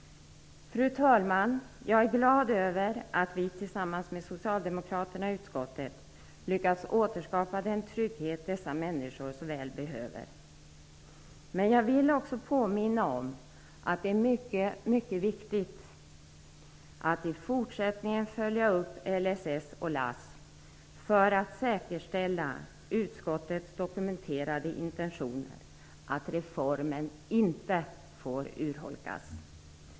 Fru talman! Jag är glad över att vi tillsammans med socialdemokraterna i utskottet lyckats återskapa den trygghet dessa människor så väl behöver. Men jag vill också påminna om att det är mycket, mycket viktigt att i fortsättningen följa upp LSS och LASS för att säkerställa utskottets dokumenterade intentioner, att reformen inte får urholkas.